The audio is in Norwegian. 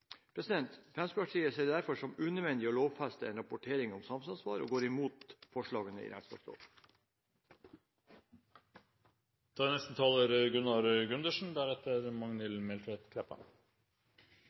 Fremskrittspartiet ser det derfor som unødvendig å lovfeste en rapportering om samfunnsansvar og går imot forslagene til regnskapsloven. Vi i